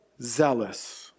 zealous